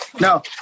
no